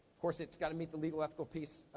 course it's gotta meet the legal, ethical peace,